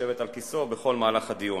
לשבת על כיסאו בכל מהלך הדיון.